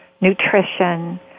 nutrition